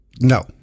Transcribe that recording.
No